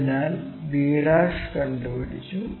അതിനാൽ b' കണ്ടുപിടിച്ചു